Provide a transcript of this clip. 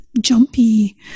jumpy